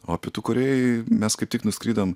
o pietų korėjoj mes kaip tik nuskridom